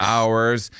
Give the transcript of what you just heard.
Hours